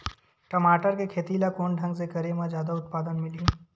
टमाटर के खेती ला कोन ढंग से करे म जादा उत्पादन मिलही?